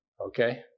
okay